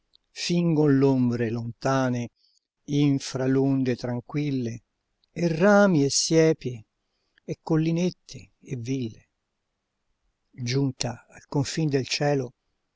fingon l'ombre lontane infra l'onde tranquille e rami e siepi e collinette e ville giunta al confin del cielo